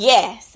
Yes